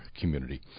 community